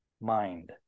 mind